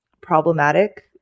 problematic